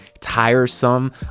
tiresome